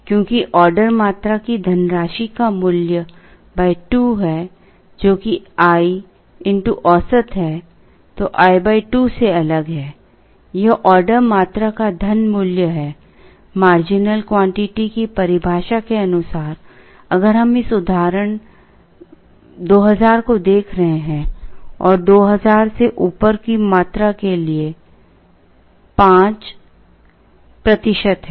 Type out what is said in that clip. यह ऑर्डर मात्रा का धन मूल्य है मार्जिनल क्वांटिटी की परिभाषा के अनुसार अगर हम इस उदाहरण 2000 को देख रहे हैं और 2000 से ऊपर की मात्रा के लिए 5 प्रतिशत है